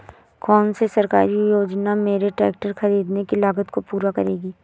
कौन सी सरकारी योजना मेरे ट्रैक्टर ख़रीदने की लागत को पूरा करेगी?